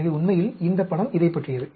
எனவே உண்மையில் இந்த படம் இதைப்பற்றியது